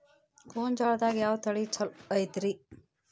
ಗೊಂಜಾಳದಾಗ ಯಾವ ತಳಿ ಛಲೋ ಐತ್ರಿ?